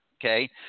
Okay